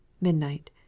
midnight